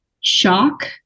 shock